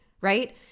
Right